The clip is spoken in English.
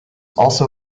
also